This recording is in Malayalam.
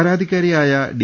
പരാതിക്കാരിയായ ഡി